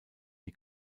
die